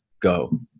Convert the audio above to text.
Go